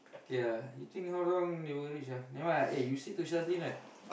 okay lah you think how long they will reach ah nevermind ah eh you said to Shazlin right